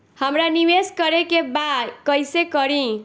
हमरा निवेश करे के बा कईसे करी?